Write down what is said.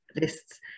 lists